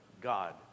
God